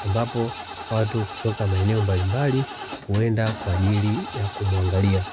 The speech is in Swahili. ambapo watu kutoka maeneo mbalimbali huenda kwa ajili ya kumwangalia.